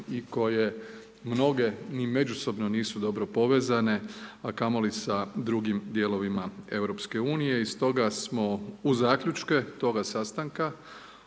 i koje mnoge ni međusobno nisu dobro povezane, a kamoli sa drugim dijelovima EU i stoga smo uz zaključke toga sastanka